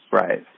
Right